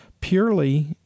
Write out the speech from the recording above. purely